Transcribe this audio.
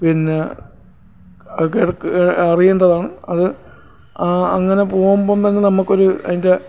പിന്നെ ആൾക്കാർക്ക് അറിയേണ്ടതാണ് അത് അങ്ങനെ പോവുമ്പോൾ എന്തെങ്കിലും നമ്മൾക്കൊരു അതിൻ്റെ